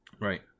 Right